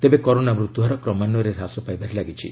ତେବେ କରୋନା ମୃତ୍ୟହାର କ୍ମାନ୍ନୟରେ ହାସ ପାଇବାରେ ଲାଗିଛି